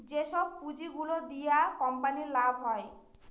যেসব পুঁজি গুলো দিয়া কোম্পানির লাভ হয়